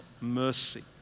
mercy